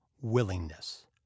willingness